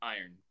Iron